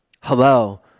Hello